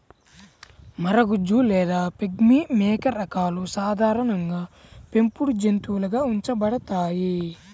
మరగుజ్జు లేదా పిగ్మీ మేక రకాలు సాధారణంగా పెంపుడు జంతువులుగా ఉంచబడతాయి